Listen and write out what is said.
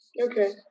Okay